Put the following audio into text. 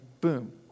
boom